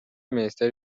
minisiteri